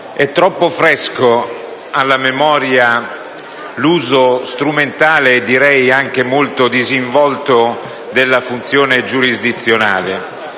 È troppo recente il ricordo dell'uso strumentale, e direi anche molto disinvolto, della funzione giurisdizionale.